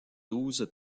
douze